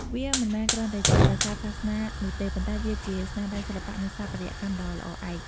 វាមិនមែនគ្រាន់តែជាប្រាសាទសាសនានោះទេ ប៉ុន្តែវាជាស្នាដៃសិល្បៈ និងស្ថាបត្យកម្មដ៏ល្អឯក។